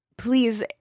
Please